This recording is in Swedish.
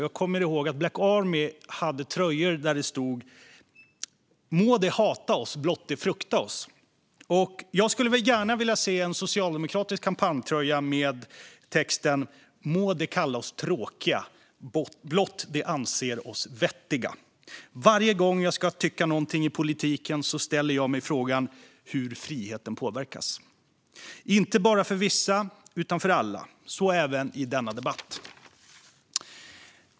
Jag kommer ihåg att Black Army hade tröjor där det stod: Må de hata oss, blott de frukta oss. Jag skulle gärna vilja se en socialdemokratisk kampanjtröja med texten: Må de kalla oss tråkiga, blott de anser oss vettiga. Varje gång jag ska tycka någonting i politiken ställer jag mig frågan hur friheten påverkas - inte bara för vissa, utan för alla - så även i denna debatt.